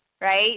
right